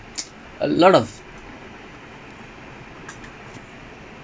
you know fans இருக்கும்போது:irukumpodhu like now who will win doesn't matter